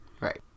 Right